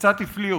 קצת הפליא אותי.